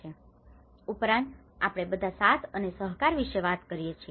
તે ઉપરાંત આપણે બધા સાથ અને સહકાર વિશે વાત કરીએ છીએ